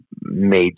made